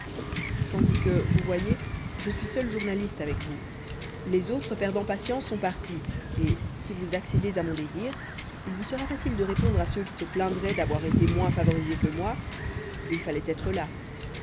tandis que vous voyez je suis seul journaliste avec vous les autres perdant patience sont partis et si vous accédez à mon désir il vous sera facile de répondre à ceux qui se plaindraient d'avoir été moins favorisés que moi il fallait être là